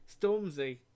Stormzy